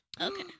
Okay